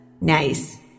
Nice